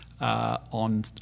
on